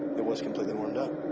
it was completely warmed up.